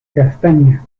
castaña